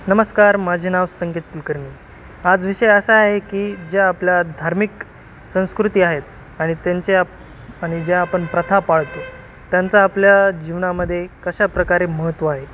नमस्कार माझे नाव संकेत कुलकर्नी आज विषय असा आहे की ज्या आपल्या धार्मिक संस्कृती आहेत आणि त्यांच्या आणि ज्या आपण प्रथा पाळतो त्यांचा आपल्या जीवनामध्ये कशा प्रकारे महत्त्व आहे